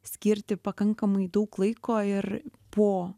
skirti pakankamai daug laiko ir po